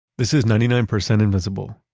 this is ninety nine percent invisible.